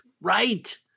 Right